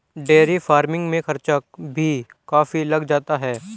dairy farming में खर्चा भी काफी लग जाता है